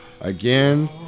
Again